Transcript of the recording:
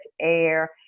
air